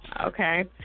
Okay